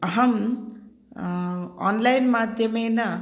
अहम् आन्लैन् माध्यमेन